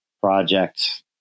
projects